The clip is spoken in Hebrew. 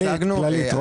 אני